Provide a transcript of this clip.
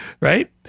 right